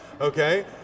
Okay